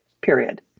period